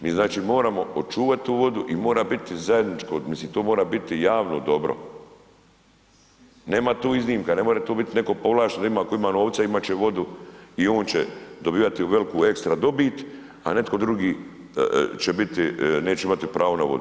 Mi znači moramo očuvati tu vodu i mora biti zajedničko, mislim to mora biti javno dobro, nema tu iznimka, ne može tu biti netko povlašten da ima, ako ima novca imati će vodu i on će dobivati veliku ekstra dobit a netko drugi će biti, neće imati pravo na vodu.